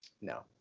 no